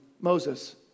Moses